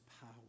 power